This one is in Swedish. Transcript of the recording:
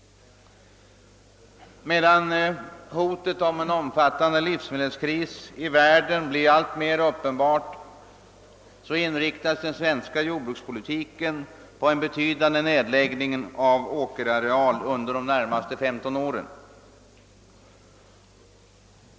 Medan hotet om en omfattande livsmedelskris i världen blir alltmer uppenbart inriktas den svenska jordbrukspolitiken på en betydande nedläggning av åkerareal under de närmaste 15 åren.